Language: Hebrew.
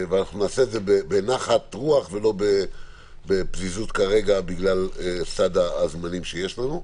ואנחנו נעשה את זה בנחת רוח ולא בפזיזות כרגע בגלל סד הזמנים שיש לנו.